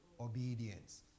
obedience